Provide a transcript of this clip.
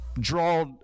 Draw